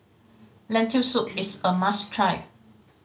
Lentil Soup is a must try